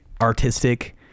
artistic